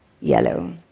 yellow